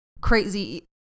crazy